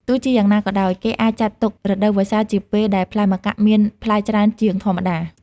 ទោះជាយ៉ាងណាក៏ដោយ គេអាចចាត់ទុក រដូវវស្សា ជាពេលដែលផ្លែម្កាក់មានផ្លែច្រើនជាងធម្មតា។